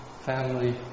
family